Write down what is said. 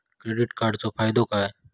Credit कार्डाचो फायदो काय?